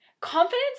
Confidence